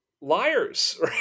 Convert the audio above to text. liars